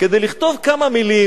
כדי לכתוב כמה מלים